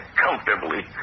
comfortably